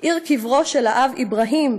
/ עיר קברו של האב אברהים,